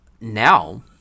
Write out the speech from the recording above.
now